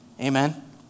Amen